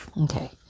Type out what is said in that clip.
okay